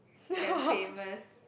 and famous